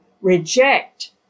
reject